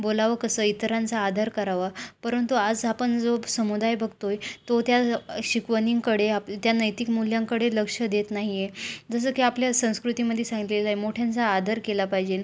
बोलावं कसं इतरांचा आदर करावा परंतु आज आपण जो समुदाय बघतो आहे तो त्या शिकवणींकडे आप त्या नैतिक मूल्यांकडे लक्ष देत नाही आहे जसं की आपल्या संस्कृतीमध्ये सांगितलेलं आहे मोठ्यांचा आदर केला पाहिजे